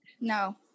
no